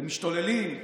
למשתוללים.